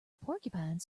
porcupine